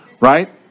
right